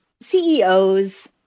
CEOs